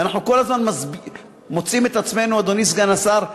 ואנחנו כל הזמן מוצאים את עצמנו, אדוני סגן השר,